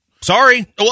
Sorry